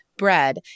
Bread